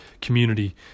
community